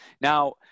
now